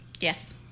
Yes